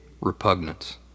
repugnance